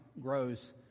grows